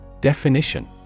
Definition